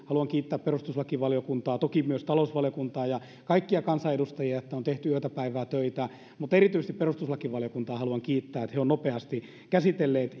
haluan kiittää perustuslakivaliokuntaa toki myös talousvaliokuntaa ja kaikkia kansanedustajia että on on tehty yötä päivää töitä mutta erityisesti perustuslakivaliokuntaa haluan kiittää että he ovat nopeasti käsitelleet